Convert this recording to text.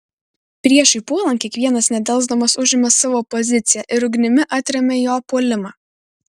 priešui puolant kiekvienas nedelsdamas užima savo poziciją ir ugnimi atremia jo puolimą